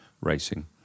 racing